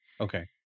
Okay